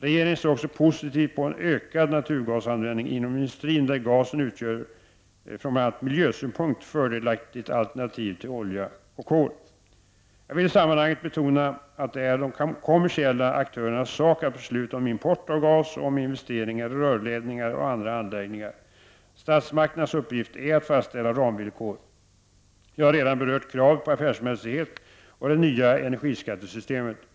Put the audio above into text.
Regeringen ser också positivt på en ökad naturgasanvändning inom industrin, där gasen utgör ett från bl.a. miljösynpunkt fördelaktigt alternativ till olja och kol. Jag vill i sammanhanget betona att det är de kommersiella aktörernas sak att besluta om import av gas och om investeringar i rörledningar och andra anläggningar. Statsmakternas uppgift är att fastställa ramvillkor. Jag har redan berört kravet på affärsmässighet och det nya energiskattesystemet.